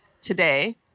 today